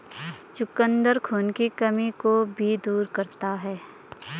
चुकंदर खून की कमी को भी दूर करता है